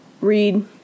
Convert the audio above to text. read